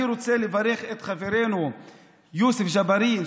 אני רוצה לברך את חברנו יוסף ג'בארין,